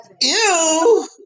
Ew